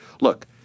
look